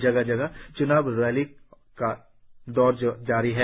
जगह जगह चुनाव रैलियों का दौर जारी है